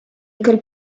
école